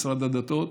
משרד הדתות,